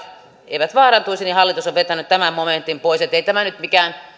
eivät vaarantuisi niin hallitus on vetänyt tämän momentin pois niin että ei tämä nyt mikään